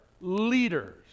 leaders